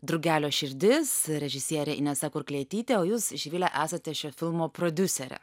drugelio širdis režisierė inesa kurklietytė o jūs živile esate šio filmo prodiuserė